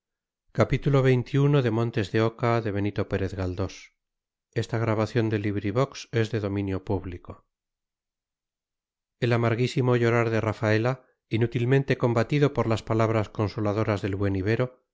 el amarguísimo llorar de rafaela inútilmente combatido por las palabras consoladoras del buen ibero